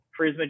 Prisma